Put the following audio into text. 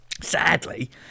sadly